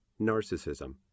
Narcissism